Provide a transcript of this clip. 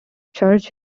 church